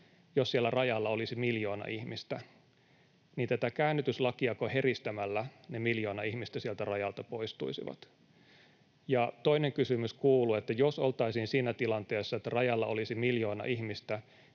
Jos siellä rajalla olisi miljoona ihmistä, niin tätä käännytyslakiako heristämällä ne miljoona ihmistä sieltä rajalta poistuisivat? Toinen kysymys kuuluu, että jos oltaisiin siinä tilanteessa, että rajalla olisi miljoona ihmistä,